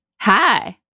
Hi